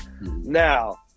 now